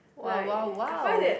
!wow! !wow! !wow!